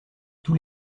tous